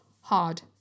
hard